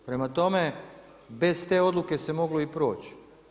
Prema tome, bez te odluke se i moglo proći.